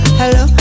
hello